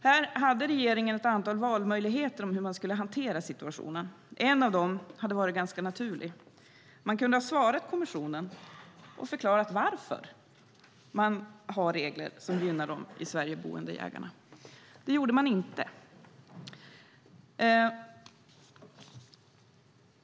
Här hade regeringen ett antal valmöjligheter om hur man skulle hantera situationen. En av dem hade varit ganska naturlig. Man kunde ha svarat kommissionen och förklarat varför man hade regler som gynnade de i Sverige boende jägarna. Det gjorde man inte.